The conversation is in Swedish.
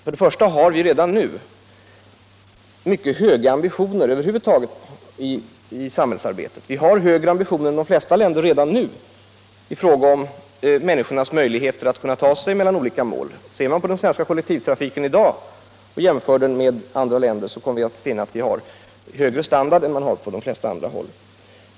För det första har vi redan nu mycket höga ambitioner över huvud taget i samhällsarbetet. Vi har högre ambitioner än de flesta länder i fråga om kollektivtrafiken. Jämför man den svenska kollektivtrafiken i dag med andra länders finner man att Sverige har högre standard än de flesta andra länder.